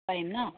পাৰিম ন